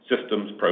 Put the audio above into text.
systems